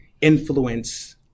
influence